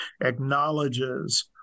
acknowledges